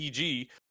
EG